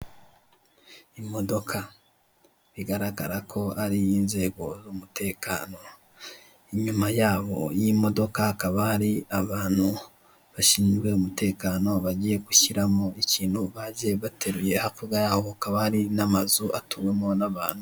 Imodoka bigaragara ko ari iy'inzego z'umutekano, inyuma yabo y'imodoka hakaba hari abantu bashinzwe umutekano bagiye gushyiramo ikintu baje bateruye, hakurya yabo hakaba hari n'amazu atuwemo n'abantu.